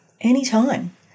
anytime